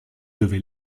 devait